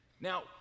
Now